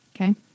Okay